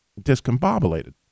discombobulated